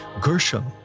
Gershom